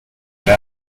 ella